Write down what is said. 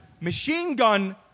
machine-gun